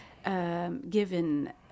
Given